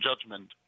judgment